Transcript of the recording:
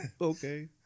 Okay